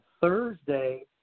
Thursday